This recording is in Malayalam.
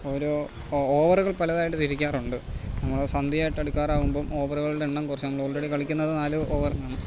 ഓരോ ഓവറുകൾ പലതായിട്ട് തിരിക്കാറുണ്ട് നമ്മള് സന്ധ്യയായിട്ട് അടുക്കാറാകുമ്പോൾ ഓവറുകളുടെ എണ്ണം കുറച്ച് നമ്മൾ ഓൾറെഡി കളിക്കുന്നത് നാല് ഓവറിനാണ്